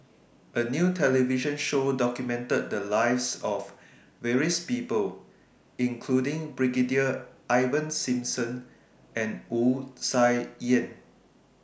A New television Show documented The Lives of various People including Brigadier Ivan Simson and Wu Tsai Yen